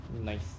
Nice